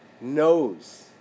knows